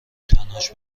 تنهاش